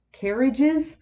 carriages